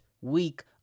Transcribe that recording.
week